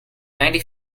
ninety